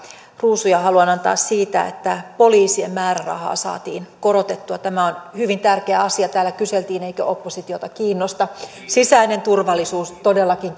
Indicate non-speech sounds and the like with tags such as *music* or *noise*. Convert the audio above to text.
ruusuja haluan antaa siitä että poliisien määrärahaa saatiin korotettua tämä on hyvin tärkeä asia täällä kyseltiin eikö oppositiota kiinnosta sisäinen turvallisuus todellakin *unintelligible*